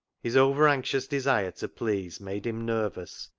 his over anxious desire to please made him nervous,